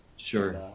sure